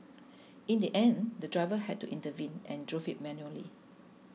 in the end the driver had to intervene and drove it manually